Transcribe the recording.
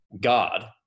God